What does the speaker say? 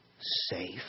safe